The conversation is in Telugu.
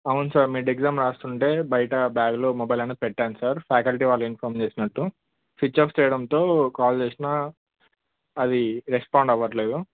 అవును సార్ మిడ్ ఎగ్జామ్ వ్రాస్తుంటే బయట బ్యాగ్లో మొబైల్ అనేది పెట్టాను సార్ ఫ్యాకల్టీ వాళ్ళు ఇన్ఫార్మ్ చేసినట్టు స్విచ్ ఆఫ్ చేయడంతో కాల్ చేసినా అది రెస్పాండ్ అవ్వట్లేదు